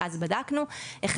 שאז בדקנו: א',